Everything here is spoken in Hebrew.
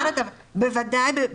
בוודאי.